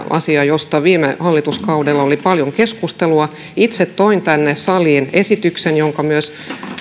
asia josta viime hallituskaudella oli paljon keskustelua itse toin tänne saliin esityksen jonka myös